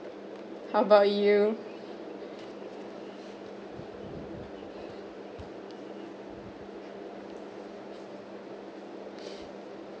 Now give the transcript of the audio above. how about you